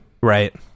right